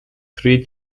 three